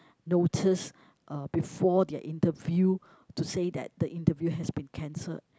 notice uh before their interview to say that the interview has been cancelled